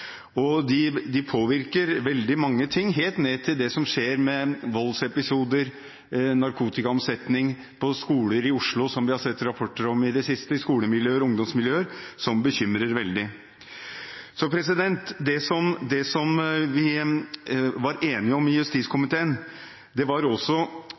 straffet. De påvirker veldig mye, helt ned til det som skjer av voldsepisoder, narkotikaomsetning på skoler og i ungdomsmiljøer i Oslo, som vi har sett rapporter om i det siste, og som bekymrer veldig. Vi var enige om i